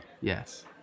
Yes